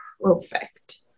perfect